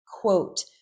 quote